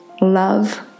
love